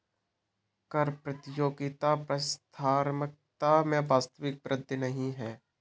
कर प्रतियोगिता प्रतिस्पर्धात्मकता में वास्तविक वृद्धि नहीं है